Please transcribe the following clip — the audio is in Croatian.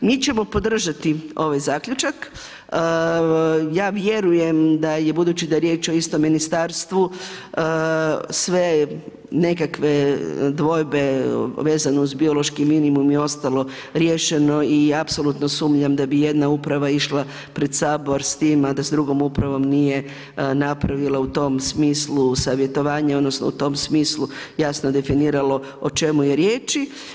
Mi ćemo podržati ovaj zaključak, ja vjerujem, a budući da je riječ o istom ministarstvu sve nekakve dvojbe vezano uz biološki minimum i ostalo riješeno i apsolutno sumnjam da bi ijedna uprava išla pred Sabor s tim, a da s drugom upravom nije napravila u tom smislu savjetovanje odnosno u tom smislu jasno definiralo o čemu je riječ.